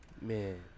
Man